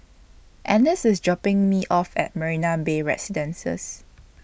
Annice IS dropping Me off At Marina Bay Residences